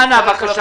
חנה, בבקשה.